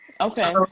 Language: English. Okay